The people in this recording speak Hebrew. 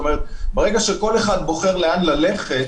ברגע שכל אחד בוחר לאן ללכת,